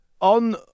On